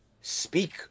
Speak